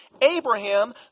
Abraham